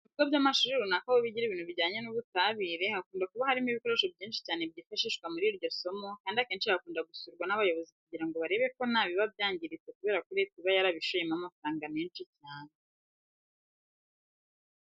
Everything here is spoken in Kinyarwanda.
Mu bigo by'amashuri runaka aho bigira ibintu bijyanye n'ubutabire hakunda kuba harimo ibikoresho byinshi cyane byifashishwa muri iryo somo kandi akenshi hakunda gusurwa n'abayobozi kugira ngo barebe ko ntabiba byangiritse kubera ko leta iba yarabishoyeho amafaranga menshi cyane.